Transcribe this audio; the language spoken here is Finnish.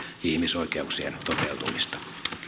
ihmisoikeuksien toteutumista